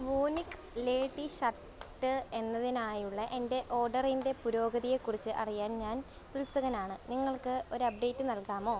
വൂനിക് lady shirt എന്നതിനായുള്ള എൻ്റെ ഓഡറിൻ്റെ പുരോഗതിയെ കുറിച്ച് അറിയാൻ ഞാൻ ഉത്സുകനാണ് നിങ്ങൾക്ക് ഒരു അപ്ഡേറ്റ് നൽകാമോ